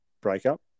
breakup